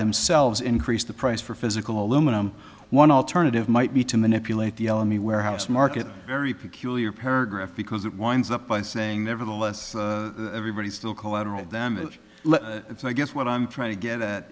themselves increase the price for physical aluminum one alternative might be to manipulate the warehouse market very peculiar paragraph because it winds up by saying there are the less everybody still collateral damage so i guess what i'm trying to get at